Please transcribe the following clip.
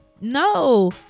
No